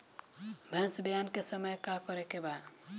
भैंस ब्यान के समय का करेके बा?